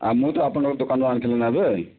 ଆଉ ମୁଁ ତ ଆପଣଙ୍କ ଦୋକାନରୁ ଆଣିଥିଲିନା ଏବେ